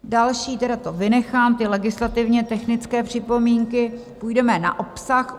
Další, tedy to vynechám, ty legislativně technické připomínky, půjdeme na obsah.